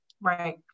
Right